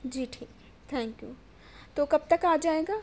جی ٹھیک thank you تو کب تک آ جائے گا